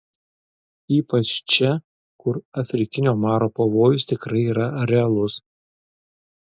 ypač čia kur afrikinio maro pavojus tikrai yra realus